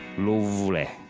lovely.